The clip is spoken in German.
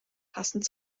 passend